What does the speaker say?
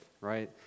right